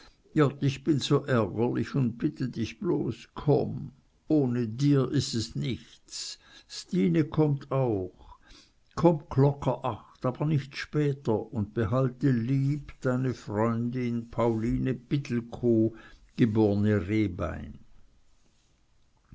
ich bin so ärgerlich und bitte dich bloß komm ohne dir is es nichts stine kommt auch komm klocker acht aber nich später und behalte lieb deine freundin pauline pittelkow geb rehbein